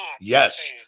yes